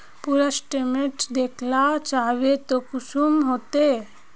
पूरा स्टेटमेंट देखला चाहबे तो कुंसम होते?